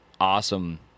awesome